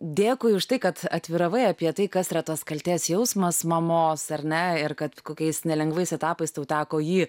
dėkui už tai kad atviravai apie tai kas yra tas kaltės jausmas mamos ar ne ir kad kokiais nelengvais etapais tau teko jį